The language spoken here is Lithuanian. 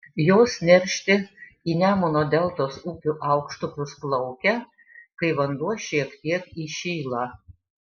jos neršti į nemuno deltos upių aukštupius plaukia kai vanduo šiek tiek įšyla